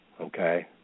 okay